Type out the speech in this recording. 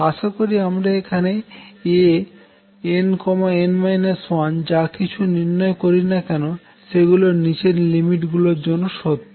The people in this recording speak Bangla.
আশাকরি আমরা এখানে Ann 1 যাকিছু নির্ণয় করিনা কেনো সেগুলি নিচের লিমিট গুলির জন্য সত্য